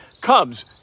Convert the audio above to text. Cubs